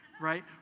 right